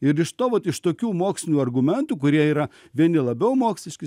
ir iš to vat iš tokių mokslinių argumentų kurie yra vieni labiau moksliški